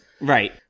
Right